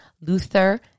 Luther